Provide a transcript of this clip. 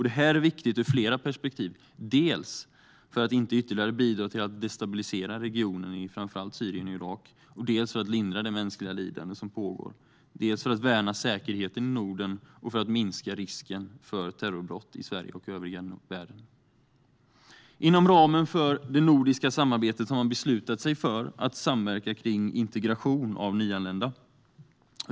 Detta är viktigt ur flera perspektiv, dels för att inte ytterligare bidra till att destabilisera regionen i framför allt Syrien och Irak, dels för att lindra det mänskliga lidande som pågår, dels för att värna säkerheten i Norden och för att minska risken för terrorbrott i Sverige och övriga världen. Inom ramen för det nordiska samarbetet har man beslutat sig för att samverka kring integration av nyanlända.